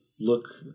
look